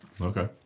Okay